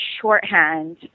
shorthand